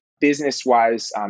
business-wise